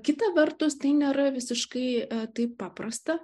kita vertus tai nėra visiškai taip paprasta